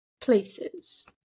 Places